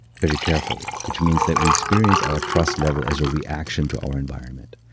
very carefully, which means that we experience our trust level as a reaction to our environment.